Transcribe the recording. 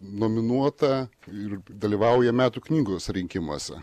nominuota ir dalyvauja metų knygos rinkimuose